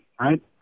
right